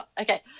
okay